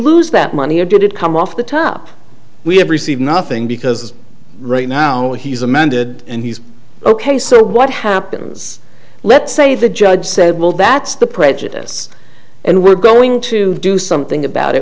lose that money or did it come off the top we have received nothing because right now he's amended and he's ok so what happens let's say the judge said well that's the prejudice and we're going to do something about it